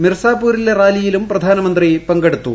മിർസാപുരിലെ റാലിയിലും പ്രധാനമന്ത്രി പങ്കെടുത്തു